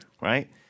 right